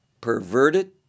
perverted